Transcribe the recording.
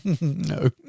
no